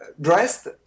dressed